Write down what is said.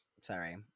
Sorry